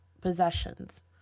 possessions